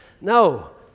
No